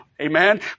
Amen